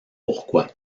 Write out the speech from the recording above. pourquoi